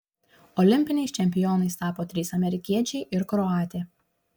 olimpiniais čempionais tapo trys amerikiečiai ir kroatė